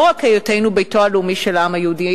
לא רק היותנו ביתו הלאומי של העם היהודי,